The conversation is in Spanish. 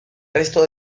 resto